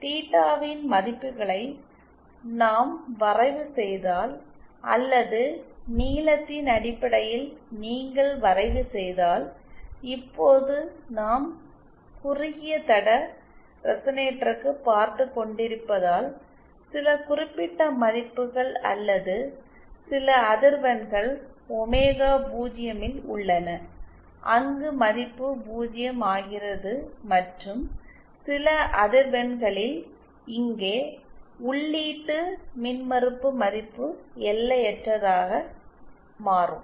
தீட்டாவின் மதிப்புகளை நாம் வரைவு செய்தால் அல்லது நீளத்தின் அடிப்படையில் நீங்கள் வரைவு செய்தால் இப்போது நாம் குறுகிய தட ரெசனேட்டருக்கு பார்த்து கொண்டிருப்பதால் சில குறிப்பிட்ட மதிப்புகள் அல்லது சில அதிர்வெண்கள் ஒமேகா 0 ல் உள்ளன அங்கு மதிப்பு 0 ஆகிறது மற்றும் சில அதிர்வெண்களில் இங்கே உள்ளீட்டு மின்மறுப்பு மதிப்பு எல்லையற்றதாக மாறும்